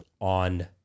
on